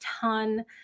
ton